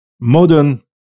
modern